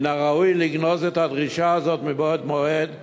מן הראוי לגנוז את הדרישה הזאת מבעוד מועד,